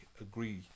agree